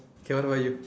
okay what about you